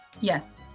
Yes